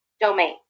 domain